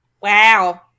Wow